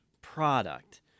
product